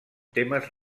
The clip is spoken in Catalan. temes